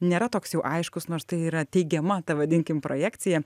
nėra toks jau aiškus nors tai yra teigiama ta vadinkim projekcija